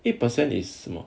eight percent is 什么